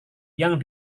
yang